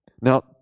Now